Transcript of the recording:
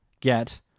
get